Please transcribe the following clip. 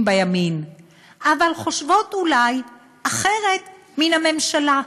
בימין אבל חושבות אולי אחרת מן הממשלה.